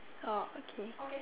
oh okay